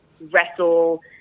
wrestle